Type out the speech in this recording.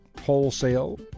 wholesale